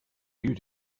you